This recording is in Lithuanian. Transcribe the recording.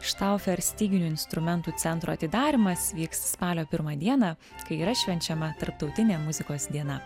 štaufer styginių instrumentų centro atidarymas vyks spalio pirmą dieną kai yra švenčiama tarptautinė muzikos diena